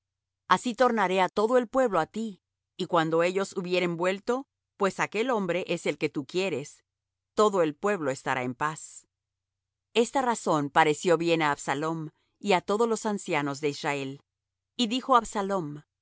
así tornaré á todo el pueblo á ti y cuando ellos hubieren vuelto pues aquel hombre es el que tú quieres todo el pueblo estará en paz esta razón pareció bien á absalom y á todos los ancianos de israel y dijo absalom